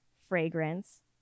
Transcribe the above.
fragrance